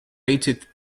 rated